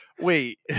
Wait